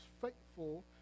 faithful